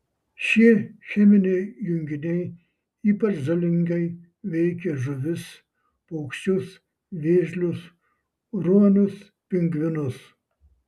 šie cheminiai junginiai ypač žalingai veikia žuvis paukščius vėžlius ruonius pingvinus